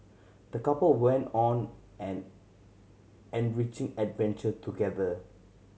the couple went on an enriching adventure together